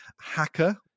hacker